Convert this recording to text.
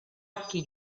occhi